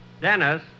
Dennis